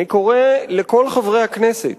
אני קורא לכל חברי הכנסת